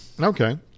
Okay